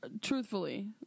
Truthfully